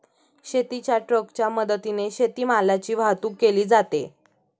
शेतीच्या ट्रकच्या मदतीने शेतीमालाची वाहतूक केली जाते